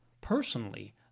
personally